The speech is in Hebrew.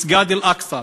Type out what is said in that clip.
מסגד אל-אקצא.